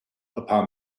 upon